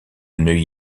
neuilly